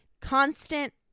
constant